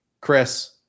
Chris